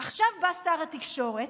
עכשיו בא שר התקשורת,